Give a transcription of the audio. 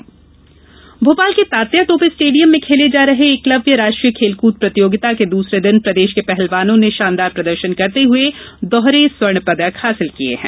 एकलव्य खेल भोपाल के तात्या टोपे स्टेडियाम में खेले जा रहे एकलव्य राष्ट्रीय खेलकूद प्रतियोगिता के दूसरे दिन प्रदेश के पहलवानों ने शानदार प्रदर्शन करते हुए दोहरे स्वर्णपदक हासिल किये हैं